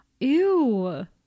ew